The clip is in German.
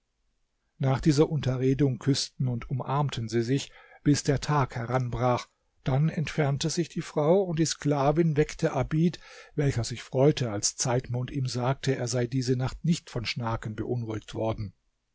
nach dieser unterredung küßten und umarmten sie sich bis der tag heranbrach dann entfernte sich die frau und die sklavin weckte abid welcher sich freute als zeitmond ihm sagte er sei diese nacht nicht von schnaken beunruhigt worden